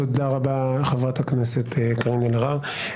תודה רבה לחברת הכנסת קארין אלהרר.